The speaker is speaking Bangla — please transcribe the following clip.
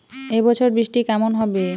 এবছর বৃষ্টি কেমন হবে?